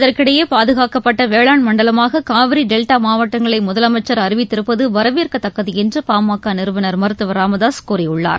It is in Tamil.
இதற்கிடையே பாதுகாக்கப்பட்ட வேளாண் மண்டலமாக காவிரி டெல்டா மாவட்டங்களை முதலமைச்சர் அறிவித்திருப்பது வரவேற்கத்தக்கது என்று பாமக நிறுவனர் மருத்துவர் ச ராமதாசு கூறியுள்ளார்